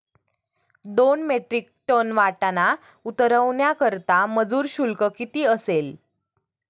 दोन metric tonne वाटाणा उतरवण्याकरता मजूर शुल्क किती असेल?